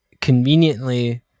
conveniently